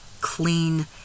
clean